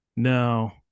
No